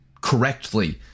correctly